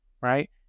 right